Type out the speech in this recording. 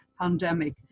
pandemic